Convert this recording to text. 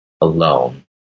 alone